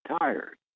tired